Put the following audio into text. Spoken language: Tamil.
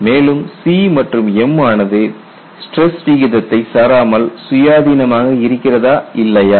மேலும் C மற்றும் m ஆனது ஸ்டிரஸ் விகிதத்தை சாராமல் சுயாதீனமாக இருக்கிறதா இல்லையா